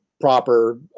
proper